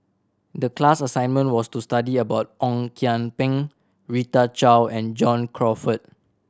the class assignment was to study about Ong Kian Peng Rita Chao and John Crawfurd